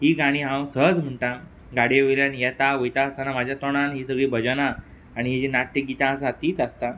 हीं गाणीं हांव सहज म्हणटा गाडये वयल्यान येता वयता आसतना म्हज्या तोंडान हीं सगलीं भजनां आनी हीं नाट्य गितां आसात तींच आसता